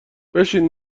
بشین